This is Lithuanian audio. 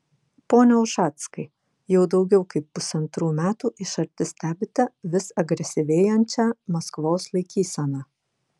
pone ušackai jau daugiau kaip pusantrų metų iš arti stebite vis agresyvėjančią maskvos laikyseną